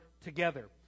together